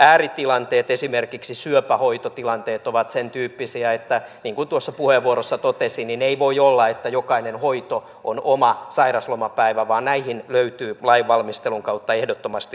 ääritilanteet esimerkiksi syöpähoitotilanteet niin kuin tuossa puheenvuorossa totesin ovat sentyyppisiä että ei voi olla että jokainen hoito on oma sairauslomapäivä vaan näihin löytyy lainvalmistelun kautta ehdottomasti ratkaisut